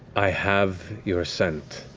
i have your scent.